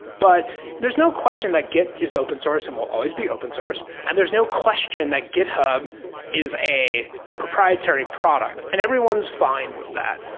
but there's no question that git is open source and will always be open source. and there's no question that github is a proprietary product. and everyone's fine with that.